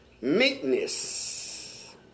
Meekness